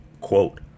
quote